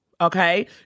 Okay